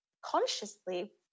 consciously